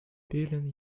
billion